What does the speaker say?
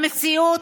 במציאות,